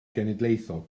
genedlaethol